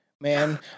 man